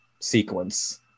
sequence